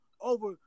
over